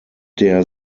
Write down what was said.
der